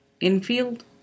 Infield